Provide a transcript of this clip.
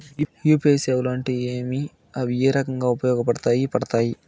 UPI సేవలు అంటే ఏమి, అవి ఏ రకంగా ఉపయోగపడతాయి పడతాయి?